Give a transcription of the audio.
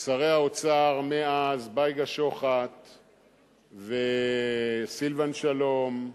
שרי האוצר מאז, בייגה שוחט וסילבן שלום,